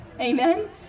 amen